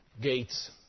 gates